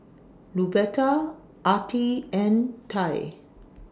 Luberta Attie and Ty